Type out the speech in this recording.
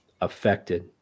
affected